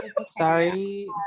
Sorry